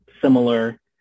Similar